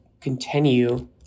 continue